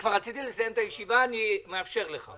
כבר רציתי לסיים את הישיבה אבל אני מאפשר לך,